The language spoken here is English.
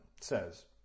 says